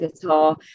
guitar